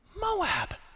Moab